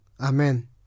Amen